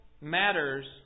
matters